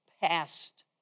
passed